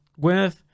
Gwyneth